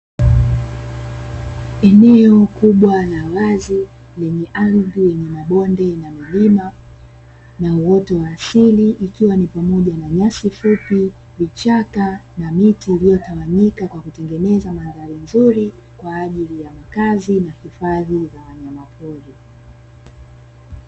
Eneo kubwa la wazi lenye ardhi yenye mabonde na milima, na uoto wa asili ikiwa ni pamoja na nyasi fupi, vichaka, na miti iliotawanyika na kutengenezwa madhari nzuri, kwa ajili ya makazi na hifadhi ya wanyama pori.